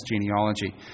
genealogy